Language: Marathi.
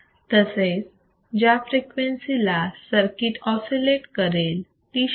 तसेच ज्या फ्रिक्वेन्सी ला सर्किट ऑसिलेट करेल ती शोधा